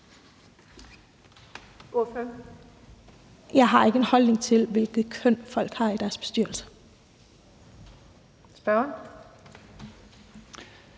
Jeg har ikke en holdning til, hvilke køn folk har i deres bestyrelser.